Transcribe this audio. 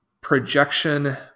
projection